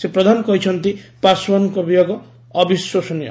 ଶ୍ରୀ ପ୍ରଧାନ କହିଛନ୍ତି ପାଶ୍ୱାନଙ୍କ ବିୟୋଗ ଅବିଶ୍ୱସନୀୟ